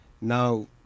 Now